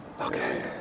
Okay